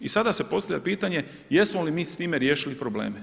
I sada se postavlja pitanje jesmo li mi s time riješili probleme?